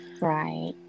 Right